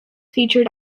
featured